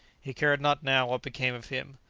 he cared not now what became of him.